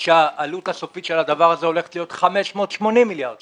שהעלות הסופית של הדבר הזה הולכת להיות 580 מיליון שקל.